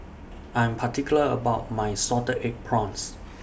I'm particular about My Salted Egg Prawns